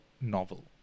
novel